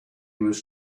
was